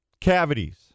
Cavities